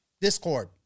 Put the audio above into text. discord